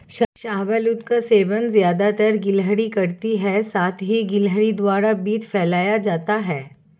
शाहबलूत का सेवन ज़्यादातर गिलहरी करती है साथ ही गिलहरी द्वारा बीज फैलाया जाता है